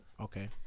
Okay